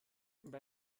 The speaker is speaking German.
bei